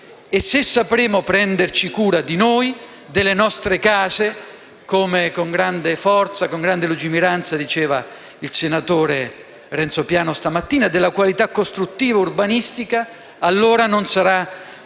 Se sapremo prenderci cura di noi e delle nostre case, come con grande forza e lungimiranza diceva il senatore Renzo Piano questa mattina, della qualità costruttiva e urbanistica, allora non sarà